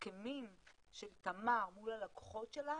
ההסכמים של תמר מול הלקוחות שלה